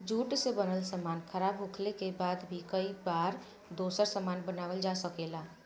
jute से बनल सामान खराब होखले के बाद भी कई बार दोसर सामान बनावल जा सकेला